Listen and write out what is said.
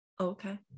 Okay